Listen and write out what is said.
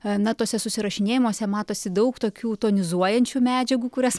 na tuose susirašinėjimuose matosi daug tokių tonizuojančių medžiagų kurias